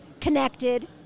connected